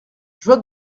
joie